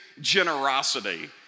generosity